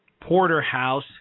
porterhouse